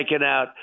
out